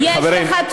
חברים,